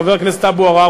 חבר הכנסת אבו עראר,